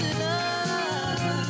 love